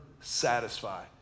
satisfy